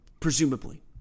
Presumably